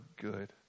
good